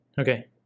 Okay